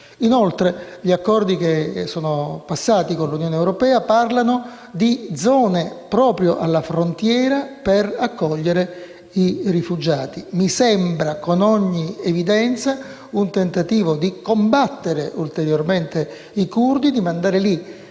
Inoltre, gli accordi che sono stati presi con l'Unione europea parlano di zone proprio alla frontiera per accogliere i rifugiati. Mi sembra, con ogni evidenza, un tentativo di combattere ulteriormente i curdi, di mandare lì